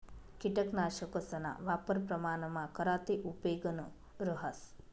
किटकनाशकना वापर प्रमाणमा करा ते उपेगनं रहास